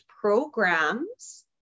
programs